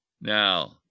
Now